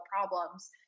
problems